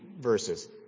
verses